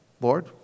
Lord